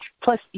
Plus